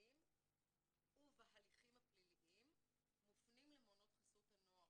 אזרחיים ובהליכים הפליליים מופנים למעונות חסות הנוער,